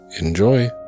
Enjoy